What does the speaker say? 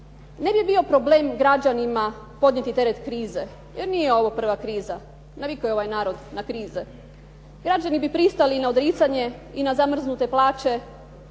Ne bi bio problem građanima podnijeti teret krize jer nije ovo prva kriza, navikao je ovaj narod na krize. Građani bi pristali na odricanje i na zamrznute plaće